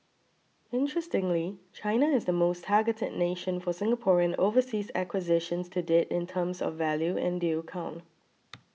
interestingly China is the most targeted nation for Singaporean overseas acquisitions to date in terms of value and deal count